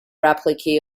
replicate